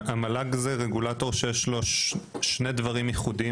המועצה להשכלה גבוהה זו רגולטור שיש לה שני דברים ייחודיים